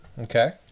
okay